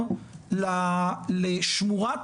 אלא זו שאלה של תנופת בניה,